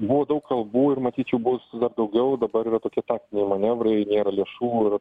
buvo daug kalbų ir matyt jų bus daugiau dabar yra tokie manevrai nėra lėšų ir